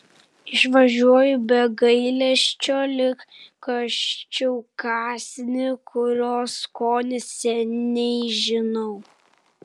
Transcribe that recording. išvažiuoju be gailesčio lyg kąsčiau kąsnį kurio skonį seniai žinau